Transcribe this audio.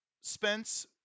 Spence